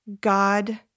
God